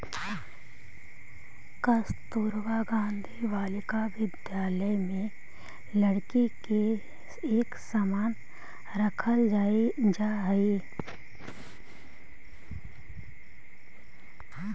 कस्तूरबा गांधी बालिका विद्यालय में लड़की के एक समान रखल जा हइ